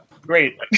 Great